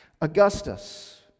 Augustus